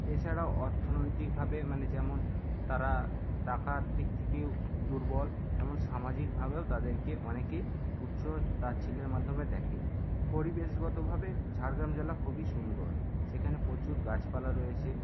এছাড়াও অর্থনৈতিকভাবে মানে যেমন তারা টাকার দিক থেকেও দুর্বল তেমন সামাজিকভাবেও তাদেরকে অনেককেই তুচ্ছ তাচ্ছিল্যের মাধ্যমে দেখে পরিবেশগতভাবে ঝাড়গ্রাম জেলা খুবই সুন্দর সেখানে প্রচুর গাছপালা রয়েছে